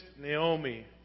Naomi